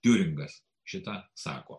tiuringas šitą sako